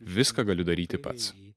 viską galiu daryti pats